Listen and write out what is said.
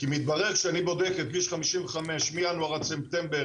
מתברר שאני בודק את כביש 55 מינואר עד ספטמבר,